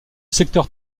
secteur